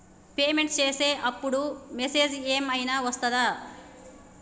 Payment చేసే అప్పుడు message ఏం ఐనా వస్తదా?